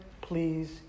please